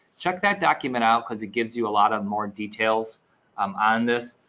check that document out, cause it gives you a lot of more details um on this.